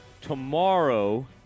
tomorrow